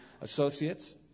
associates